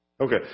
Okay